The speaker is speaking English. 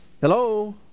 Hello